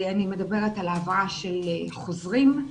אני מדברת על העברה של חוזרים,